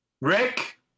Rick